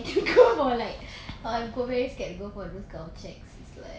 but you never know I very I very scared like I'm always get go home girl checks is like